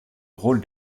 rôle